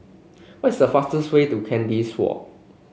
what is the fastest way to Kandis Walk